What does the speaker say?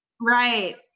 Right